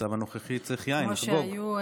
במצב הנוכחי צריך יין, לחגוג.